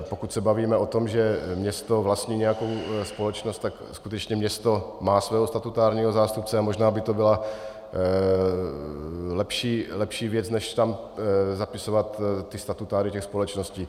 Pokud se bavíme o tom, že město vlastní nějakou společnost, tak skutečně město má svého statutárního zástupce a možná by to byla lepší věc než tam zapisovat statutáry těch společností.